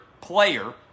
player